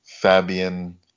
Fabian